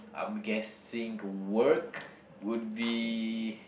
I'm guessing the work would be